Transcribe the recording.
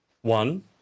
one